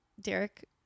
Derek